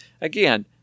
again